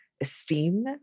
esteem